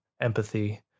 empathy